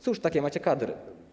Cóż, takie macie kadry.